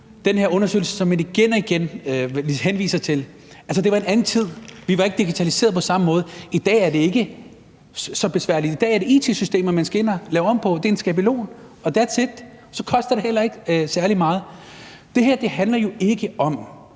den her undersøgelse, som man igen og igen henviser til. Altså, det var en anden tid, og vi var ikke digitaliserede på samme måde. I dag er det ikke så besværligt. I dag er det it-systemer, man skal ind at lave om på, og det er en skabelon og that's it, og så koster det heller ikke særlig meget. Det her handler jo ikke om,